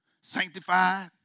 sanctified